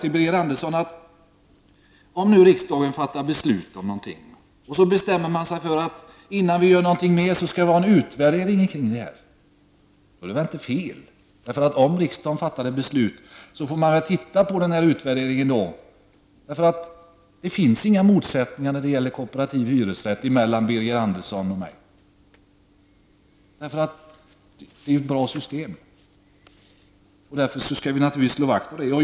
Till Birger Andersson vill jag bara säga att om riksdagen nu fattar beslut om någonting och man bestämmer sig för att ha en utvärdering innan någonting sker är det väl inte fel. Om riksdagen fattar ett beslut får man väl se vad utvärderingen ger vid handen. Det finns inga motsättningar mellan Birger Andersson och mig när det gäller kooperativ hyressättning. Det är ett bra system och därför skall vi naturligtvis slå vakt om det.